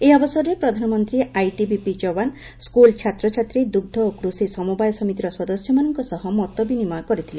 ଏହି ଅବସରରେ ପ୍ରଧାନମନ୍ତ୍ରୀ ଆଇଟିବିପି ଯବାନ ସ୍କୁଲ୍ ଛାତ୍ରଛାତ୍ରୀ ଦୁଗ୍ଧ ଓ କୃଷି ସମବାୟ ସମିତିର ସଦସ୍ୟମାନଙ୍କ ସହ ମତ ବିନିମୟ କରିଥିଲେ